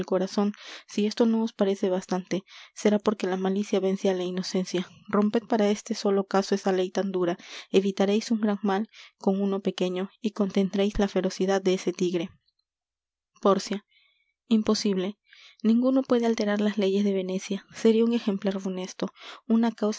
corazon si esto no os parece bastante será porque la malicia vence á la inocencia romped para este solo caso esa ley tan dura evitareis un gran mal con uno pequeño y contendreis la ferocidad de ese tigre pórcia imposible ninguno puede alterar las leyes de venecia seria un ejemplar funesto una